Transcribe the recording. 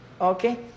Okay